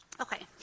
Okay